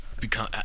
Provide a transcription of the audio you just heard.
become